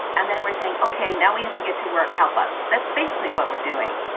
and then we're saying, ok, now we have to get to work. help us. that's basically what we're doing.